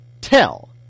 tell